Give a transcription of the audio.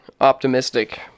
optimistic